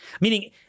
Meaning